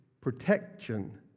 protection